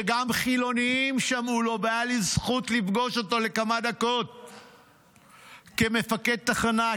שגם חילונים שמעו לו והייתה לי זכות לפגוש אותו לכמה דקות כמפקד תחנה,